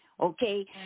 Okay